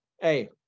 hey